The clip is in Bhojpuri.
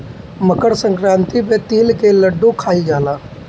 मकरसंक्रांति पे तिल के लड्डू खाइल जाला